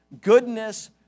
goodness